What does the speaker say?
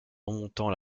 remontant